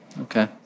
Okay